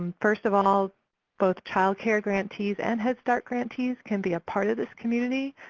first of all both child care grantees and head start grantees can be a part of this community.